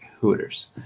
Hooters